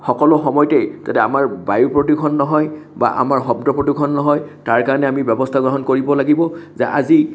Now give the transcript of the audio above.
সকলো সময়তেই যাতে আমাৰ বায়ু প্ৰদূষণ নহয় বা আমাৰ শব্দ প্ৰদূষণ নহয় তাৰকাৰণে আমি ব্যৱস্থা গ্ৰহণ কৰিব লাগিব যে আজি